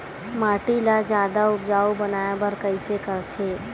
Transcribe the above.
माटी ला जादा उपजाऊ बनाय बर कइसे करथे?